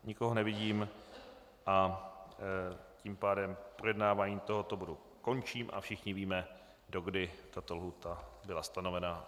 Nikoho nevidím, a tím pádem projednávání tohoto bodu končím a všichni víme, do kdy tato lhůta byla stanovena.